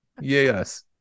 yes